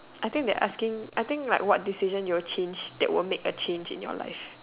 I think they are asking I think like what decision you will change that will make a change in your life